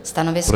Stanovisko?